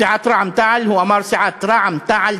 סיעת רע"ם-תע"ל,